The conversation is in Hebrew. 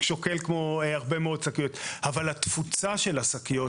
שוקל כמו הרבה מאוד שקיות אבל התפוצה של השקיות